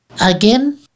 Again